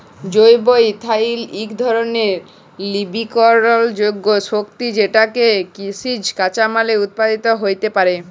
জৈব ইথালল ইক ধরলের লবিকরলযোগ্য শক্তি যেটকে কিসিজ কাঁচামাললে উৎপাদিত হ্যইতে পারে